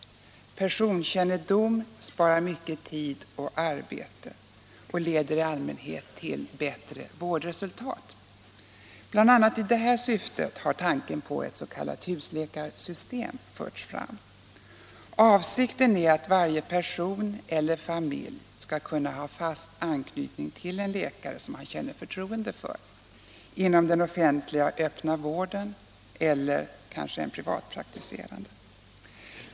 Personkännedom sparar mycket tid och arbete och leder i allmänhet till bättre vårdresultat. Bl. a. i detta syfte har tanken på ett s.k. husläkarsystem förts fram. Avsikten är att varje person eller familj skall kunna ha fast anknytning till en läkare — som man känner förtroende för - inom den offentliga öppna vården eller en privatpraktiserande.